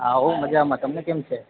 હા હોં મજામાં તમને કેમ છે